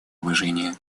уважения